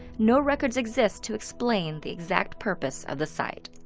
no records exist to explain the exact purpose of the site.